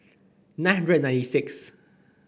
nine hundred and ninety six